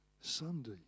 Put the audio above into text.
Sunday